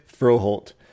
Froholt